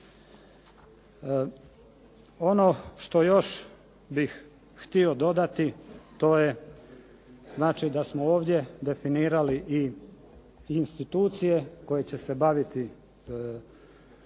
Ono što još bih htio dodati to je znači da smo ovdje definirali i institucije koje će se baviti